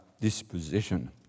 disposition